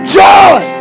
joy